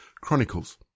Chronicles